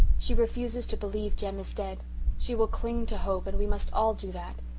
she refuses to believe jem is dead she will cling to hope and we must all do that.